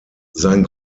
sein